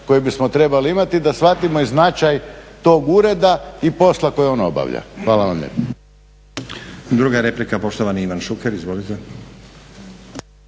koji bismo trebali imati da shvatimo i značaj tog ureda i posla koji on obavlja. Hvala vam